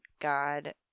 god